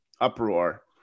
uproar